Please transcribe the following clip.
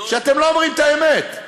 שאתם לא אומרים את האמת.